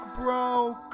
broke